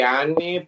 anni